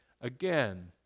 again